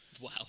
Wow